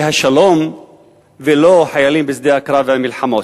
השלום ולא חיילים בשדה הקרב והמלחמות.